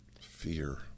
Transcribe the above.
Fear